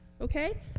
okay